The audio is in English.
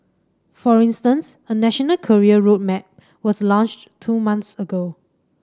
for instance a national career road map was launched two months ago